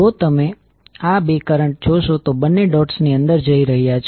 જો તમે આ બે કરંટ જોશો તો બંને ડોટ્સ ની અંદર જઇ રહ્યા છે